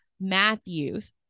Matthews